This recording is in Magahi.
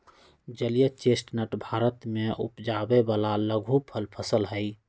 जलीय चेस्टनट भारत में उपजावे वाला लघुफल फसल हई